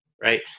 right